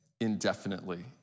indefinitely